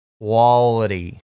quality